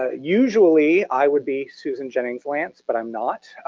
ah usually, i would be susan jennings lantz, but i'm not.